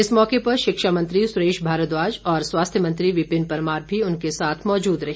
इस मौके पर शिक्षामंत्री सुरेश भारद्वाज और स्वास्थ्य मंत्री विपिन परमार भी उनके साथ मौजूद रहे